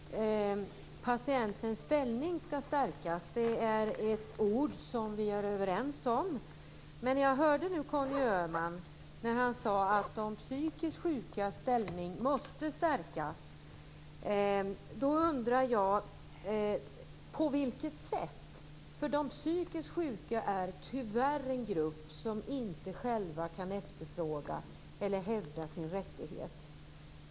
Herr talman! Patientens ställning skall stärkas. Det är ord som vi är överens om. Jag hörde nu Conny Öhman säga att de psykiskt sjukas ställning måste stärkas. Jag undrar på vilket sätt det skall ske. De psykiskt sjuka är tyvärr en grupp som inte själv kan efterfråga eller hävda sina rättigheter.